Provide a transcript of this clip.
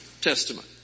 Testament